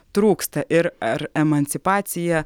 trūksta ir ar emancipacija